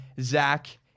Zach